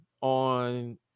on